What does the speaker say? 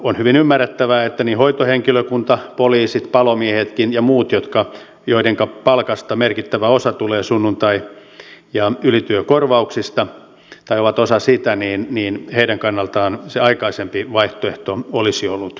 on hyvin ymmärrettävää että niin hoitohenkilökunnan poliisien palomiestenkin kuin muiden kannalta joiden palkasta merkittävä osa tulee sunnuntai ja ylityökorvauksista jotka ovat osa sitä ääneen mihin heidän kannaltaan se aikaisempi vaihtoehto olisi ollut huono